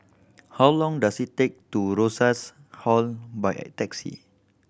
how long does it take to Rosas Hall by taxi